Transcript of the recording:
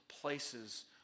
places